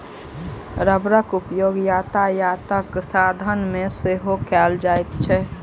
रबड़क उपयोग यातायातक साधन मे सेहो कयल जाइत अछि